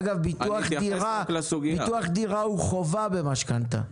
אגב, ביטוח דירה הוא חובה במשכנתה.